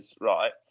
right